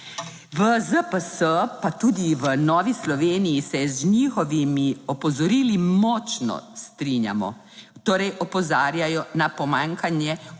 V ZPS, pa tudi v Novi Sloveniji se z njihovimi opozorili močno strinjamo. Torej opozarjajo na pomanjkanje